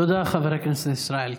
תודה, חבר הכנסת ישראל כץ.